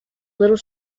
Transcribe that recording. little